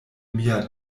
mia